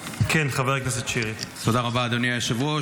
תודה רבה, אדוני היושב-ראש.